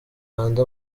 hanze